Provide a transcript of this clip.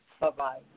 Bye-bye